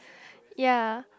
ya